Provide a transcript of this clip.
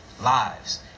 lives